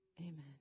Amen